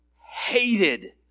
hated